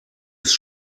ist